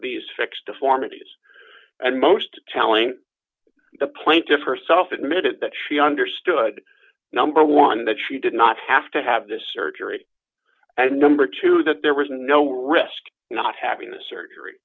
these fix deformities and most telling the plaintiffs herself admitted that she understood number one that she did not have to have this surgery and number two that there was no risk not having the surgery